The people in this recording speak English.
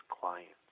clients